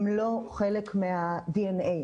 הם לא חלק מהדי.אן.איי.